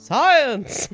Science